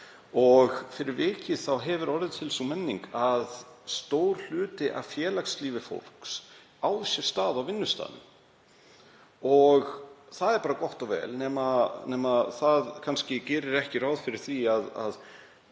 Fyrir vikið hefur orðið til sú menning að stór hluti af félagslífi fólks á sér stað á vinnustaðnum. Það er bara gott og blessað nema það gerir kannski ekki ráð fyrir því að